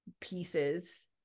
pieces